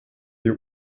ihr